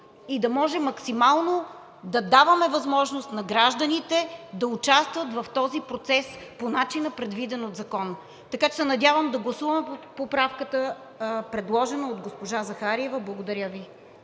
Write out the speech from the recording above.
и максимално да даваме възможност на гражданите да участват в този процес по начина, предвиден в закона. Надявам се да гласуваме поправката, предложена от госпожа Захариева. Благодаря Ви.